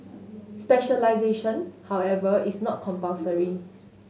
specialisation however is not compulsory